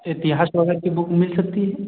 इतिहास वगैरह की बुक मिल सकती है